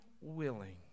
willing